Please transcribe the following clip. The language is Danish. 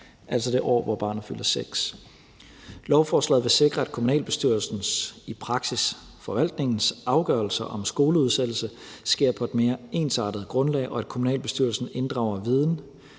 altså det år, hvor barnet fylder 6 år. Lovforslaget vil sikre, at kommunalbestyrelsens – i praksis forvaltningens – afgørelser om skoleudsættelse sker på et mere ensartet grundlag, og at kommunalbestyrelsen inddrager viden